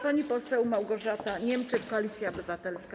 Pani poseł Małgorzata Niemczyk, Koalicja Obywatelska.